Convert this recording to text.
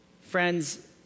Friends